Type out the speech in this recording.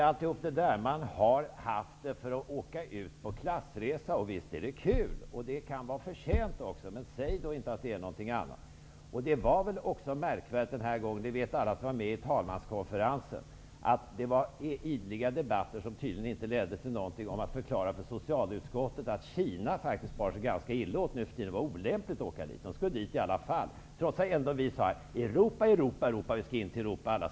Man har haft det som anledning för att kunna åka ut på klassresa, och visst är det kul. Det kan även vara förtjänt, men säg då inte att det är något annat. Alla som var med i talmanskonferensen vet att trots ideliga debatter ledde det inte till att lyckas förklara för socialutskottet att Kina faktiskt burit sig ganska illa åt, och att det vore olämligt att åka dit. Socialutskottet skulle resa dit i alla fall. Trots att vi sa: Europa, Europa, Europa, vi skall åka till Europa.